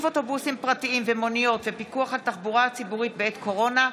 אוטובוסים פרטיים ומוניות ופיקוח על התחבורה הציבורית בעת קורונה,